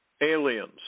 Aliens